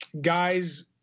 guys